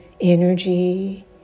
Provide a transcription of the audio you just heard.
energy